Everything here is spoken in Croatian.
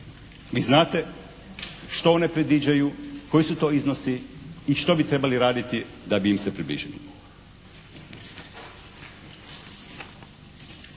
Vi znate što one predviđaju, koji su to iznosi i što bi trebali raditi da bi im se približili.